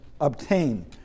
obtain